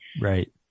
Right